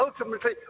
ultimately